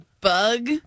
bug